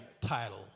title